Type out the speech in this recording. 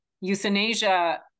euthanasia